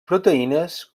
proteïnes